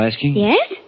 Yes